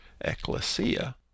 ecclesia